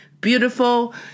beautiful